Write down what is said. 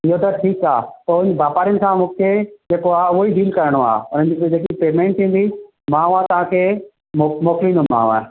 इहो त ठीकु आहे पोइ वापारिनि सां मूंखे जेको आहे उहो ई डील करणो आहे ऐं हुननि जी जेकी पैमेंट ईंदी मां हूअ तव्हां खे मोकिलींदोमांव